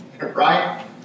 Right